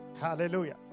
Hallelujah